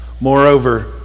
Moreover